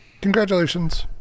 Congratulations